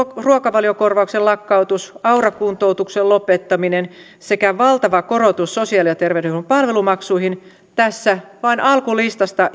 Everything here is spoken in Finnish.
ruokavaliokorvauksen lakkautuksen aura kuntoutuksen lopettamisen sekä valtavan korotuksen sosiaali ja terveydenhuollon palvelumaksuihin tässä vain alku listasta